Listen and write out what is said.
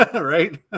Right